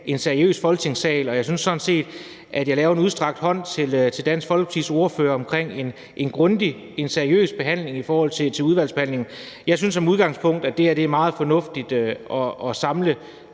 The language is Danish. en seriøs Folketingssal. Jeg synes sådan set, at jeg er kommet med en udstrakt hånd til Dansk Folkepartis ordfører i forhold til en grundig og seriøs udvalgsbehandling. Jeg synes som udgangspunkt, at det er meget fornuftigt at samle